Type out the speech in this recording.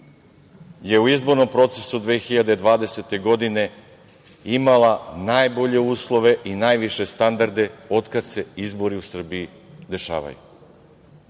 u izbornom procesu 2020. godine imala najbolje uslove i najviše standarde, od kada se izbori u Srbiji dešavaju. Samo